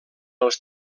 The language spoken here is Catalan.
els